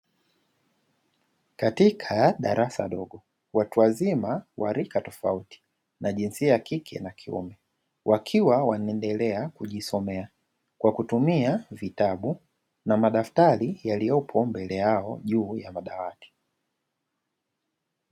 Katika darasa dogo, watu wazima wa rika tofauti na jinsia ya kike na kiume, wakiwa wanaendelea kujisomea kwa kutumia vitabu na madaftari yaliyopo mbele yao juu ya madawati.